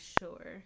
sure